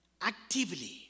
Actively